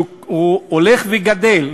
שהולך וגדל,